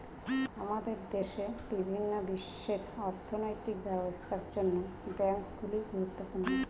আমাদের দেশের এবং বিশ্বের অর্থনৈতিক ব্যবস্থার জন্য ব্যাংকগুলি গুরুত্বপূর্ণ